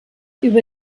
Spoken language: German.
über